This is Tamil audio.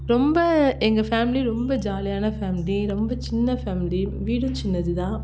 ரொம்ப எங்கள் ஃபேமிலி ரொம்ப ஜாலியான ஃபேமிலி ரொம்ப சின்ன ஃபேமிலி ஃபேமிலி வீடும் சின்னது தான்